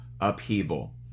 upheaval